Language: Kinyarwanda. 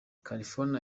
california